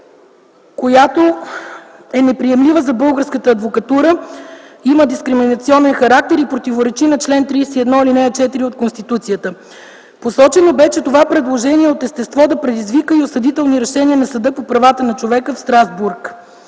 че е унизителна за българската адвокатура, има и дискриминационен характер и противоречи на чл. 31, ал. 4 от Конституцията. Посочено бе, че това предложение е от естество да предизвика и осъдителни решения на Съда по правата на човека в Страсбург.